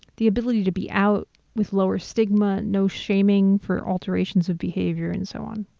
the ability to be out with lower stigma, no shaming for alterations of behavior and so on.